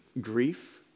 grief